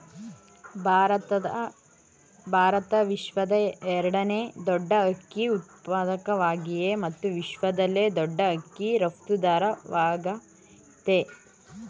ಭಾರತ ವಿಶ್ವದ ಎರಡನೇ ದೊಡ್ ಅಕ್ಕಿ ಉತ್ಪಾದಕವಾಗಯ್ತೆ ಮತ್ತು ವಿಶ್ವದಲ್ಲೇ ದೊಡ್ ಅಕ್ಕಿ ರಫ್ತುದಾರವಾಗಯ್ತೆ